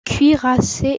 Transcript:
cuirassé